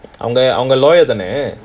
என் அக்கா வந்து:en akka vandhu